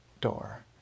door